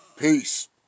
Peace